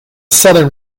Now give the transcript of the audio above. southern